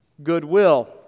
goodwill